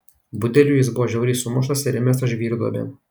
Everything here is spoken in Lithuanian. budelių jis buvo žiauriai sumuštas ir įmestas žvyrduobėn